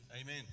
Amen